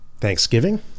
Thanksgiving